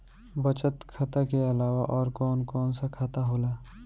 बचत खाता कि अलावा और कौन कौन सा खाता होला?